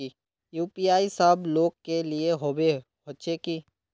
UPI सब लोग के लिए होबे होचे की?